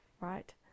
Right